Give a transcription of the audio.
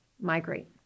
migrate